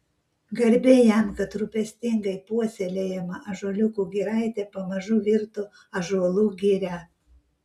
garbė jam kad rūpestingai puoselėjama ąžuoliukų giraitė pamažu virto ąžuolų giria